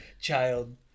child